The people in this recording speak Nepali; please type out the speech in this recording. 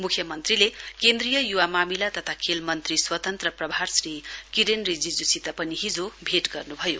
म्ख्यमन्त्रीले केन्द्रीय य्वा मामिला तथा खेल मन्त्री स्वतन्त्र प्रभार श्री किरेन रिजिज्सित पनि भेट गर्न् भयो